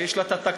שיש לה תקציבים,